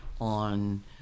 On